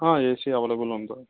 AC available ఉంది